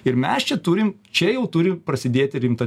ir mes čia turim čia jau turi prasidėti rimta